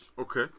Okay